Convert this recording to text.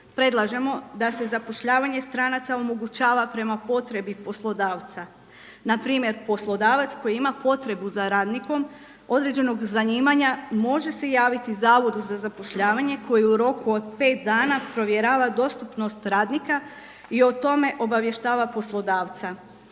Predlažemo da se zapošljavanje stranaca omogućava prema potrebi poslodavca, npr. poslodavac koji ima potrebu za radnikom određenog zanimanja može se javiti zavodu za zapošljavanje koji u roku od 5 dana provjerava dostupnost radnika i o tome obavještava poslodavca.